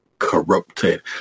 corrupted